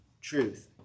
truth